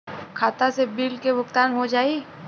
खाता से बिल के भुगतान हो जाई?